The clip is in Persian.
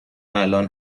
الان